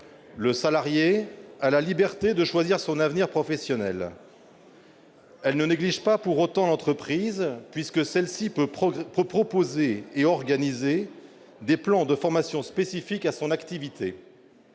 : il a la liberté de choisir son avenir professionnel. Elle ne néglige pas pour autant l'entreprise, puisque celle-ci peut proposer et organiser des plans de formations spécifiques à son activité.